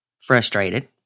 Frustrated